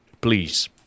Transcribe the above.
please